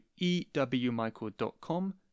ewmichael.com